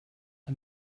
der